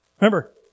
Remember